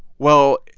well,